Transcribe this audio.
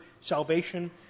salvation